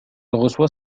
reçoit